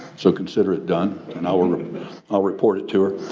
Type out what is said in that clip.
so consider it done and i will report it to her.